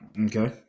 Okay